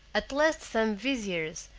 at last some viziers,